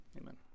Amen